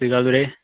ਸਤਿ ਸ਼੍ਰੀ ਅਕਾਲ ਵੀਰੇ